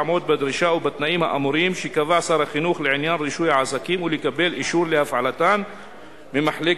עמדו בתנאי משרד החינוך להפעלתן וכי נמצאו בהן ליקויים